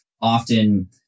often